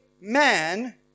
man